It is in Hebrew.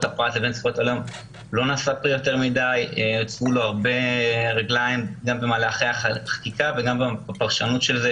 וכלל לא נשא פרי ושמו לו רגליים במהלכי החקיקה וכן בדרכי הפרשנות שלו.